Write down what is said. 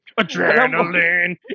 Adrenaline